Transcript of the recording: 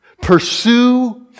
Pursue